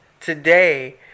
today